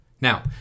Now